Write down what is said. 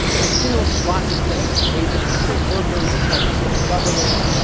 and the stimulus is lots of things, it's aid to unemployed workers, it's helped the state governments,